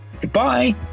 Goodbye